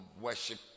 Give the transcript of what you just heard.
worship